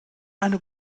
eine